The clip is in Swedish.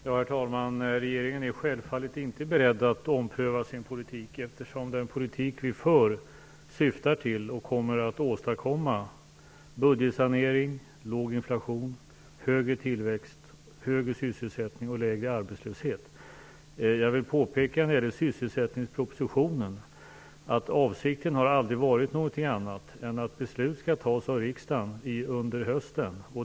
Herr talman! Regeringen är självfallet inte beredd att ompröva sin politik, eftersom den politik som vi för syftar till och kommer att åstadkomma budgetsanering, låg inflation, högre tillväxt, högre sysselsättning och lägre arbetslöshet. När det gäller sysselsättningspropositionen vill jag påpeka att avsikten aldrig har varit något annat än att beslut skall fattas av riksdagen under hösten.